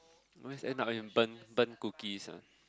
always end up in burnt burnt cookies ah